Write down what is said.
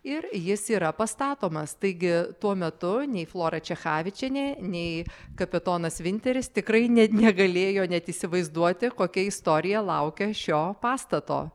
ir jis yra pastatomas taigi tuo metu nei flora čechavičienė nei kapitonas vinteris tikrai ne negalėjo net įsivaizduoti kokia istorija laukia šio pastato